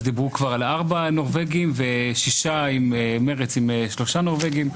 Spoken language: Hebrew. אז דיברו כבר על ארבעה נורבגים ושישה עם מרצ עם שלושה נורבגים.